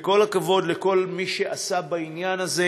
וכל הכבוד לכל מי שעשה בעניין הזה.